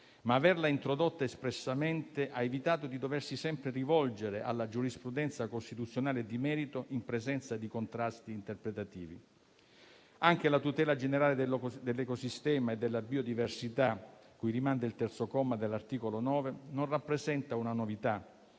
ma averla introdotta espressamente ha evitato di doversi sempre rivolgere alla giurisprudenza costituzionale e di merito in presenza di contrasti interpretativi. Anche la tutela generale dell'ecosistema e della biodiversità, cui rimanda il terzo comma dell'articolo 9, non rappresenta una novità.